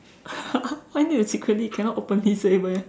why need to secretly cannot open this way meh